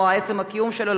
כמו עצם הקיום שלו,